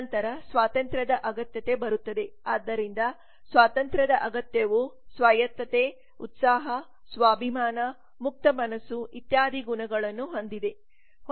ನಂತರ ಸ್ವಾತಂತ್ರ್ಯದ ಅಗತ್ಯತೆ ಬರುತ್ತದೆ ಆದ್ದರಿಂದ ಸ್ವಾತಂತ್ರ್ಯದ ಅಗತ್ಯವು ಸ್ವಾಯತ್ತತೆ ಉತ್ಸಾಹ ಸ್ವಾಭಿಮಾನ ಮುಕ್ತ ಮನಸ್ಸು ಇತ್ಯಾದಿ ಗುಣಗಳನ್ನು ಹೊಂದಿದೆ